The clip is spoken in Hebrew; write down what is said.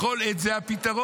בכל עת זה הפתרון.